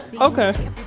okay